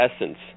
essence